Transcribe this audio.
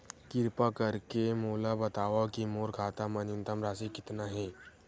किरपा करके मोला बतावव कि मोर खाता मा न्यूनतम राशि कतना हे